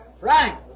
Right